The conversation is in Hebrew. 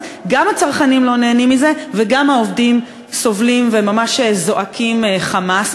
אז גם הצרכנים לא נהנים מזה וגם העובדים סובלים וממש זועקים חמס.